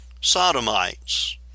sodomites